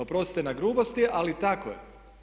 Oprostite na grubosti ali tako je.